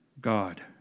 God